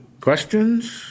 questions